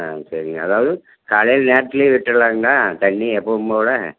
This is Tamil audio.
ஆ சரிங்க அதாவது காலையில் நேரத்தில் விட்டுட்றாங்களா தண்ணி எப்போவும்போல